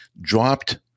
dropped